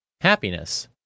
happiness